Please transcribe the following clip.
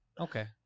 Okay